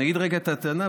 אני אגיד רגע את הטענה,